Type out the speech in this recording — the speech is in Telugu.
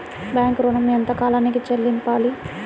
బ్యాంకు ఋణం ఎంత కాలానికి చెల్లింపాలి?